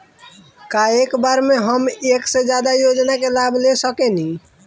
का एक बार में हम एक से ज्यादा योजना का लाभ ले सकेनी?